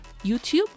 YouTube